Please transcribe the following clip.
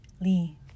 Lee